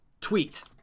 tweet